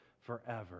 forever